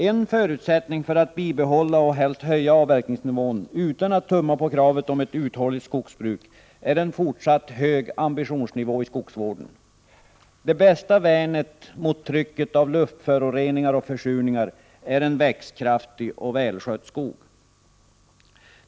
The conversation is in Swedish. En förutsättning för att bibehålla och helst höja avverkningsnivån utan att tumma på kravet om ett uthålligt skogsbruk är en fortsatt hög ambitionsnivå i skogsvården. Det bästa värnet mot trycket av luftföroreningar och försurning är en växtkraftig och välskött skog.